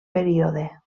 període